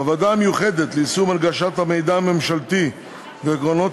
בוועדה המיוחדת ליישום הנגשת המידע הממשלתי ועקרונות